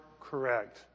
correct